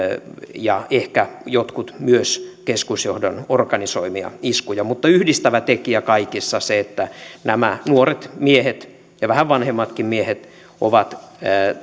ja ehkä jotkut myös keskusjohdon organisoimia iskuja mutta yhdistävä tekijä kaikissa oli se että nämä nuoret miehet ja vähän vanhemmatkin miehet ovat